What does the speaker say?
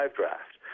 draft